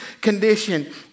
condition